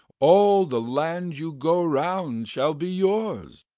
all the land you go round shall be yours.